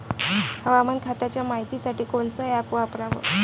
हवामान खात्याच्या मायतीसाठी कोनचं ॲप वापराव?